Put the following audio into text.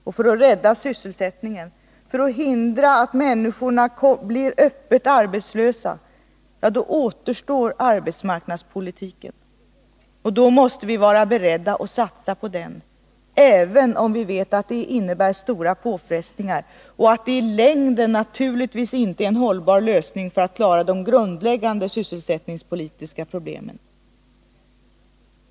Och för att rädda sysselsättningen, för att hindra människorna att bli öppet arbetslösa, ja, då återstår arbetsmarknadspolitiken och då måste vi vara beredda att satsa på den, även om vi vet att det innebär stora påfrestningar och att det i längden naturligtvis inte är en hållbar lösning för att klara de grundläggande sysselsättningspolitiska problemen.